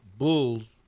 Bulls